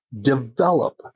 develop